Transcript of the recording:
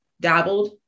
dabbled